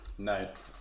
Nice